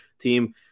team